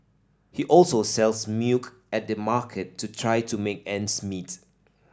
he also sells milk at the market to try to make ends meet